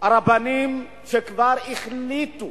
הרבנים שכבר החליטו